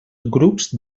grups